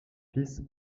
fils